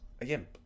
again